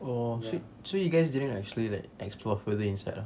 orh so you guys didn't actually like explore further inside ah